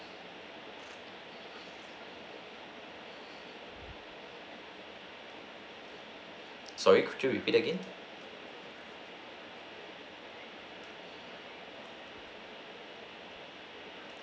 sorry could you repeat again